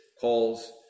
calls